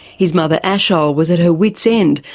his mother ashol was at her wits end,